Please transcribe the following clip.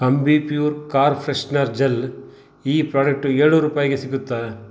Ambi Pur car freshener gel ಈ product ಏಳ್ನೂರು ರೂಪಾಯಿಗೆ ಸಿಗುತ್ತಾ